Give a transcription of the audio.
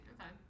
Okay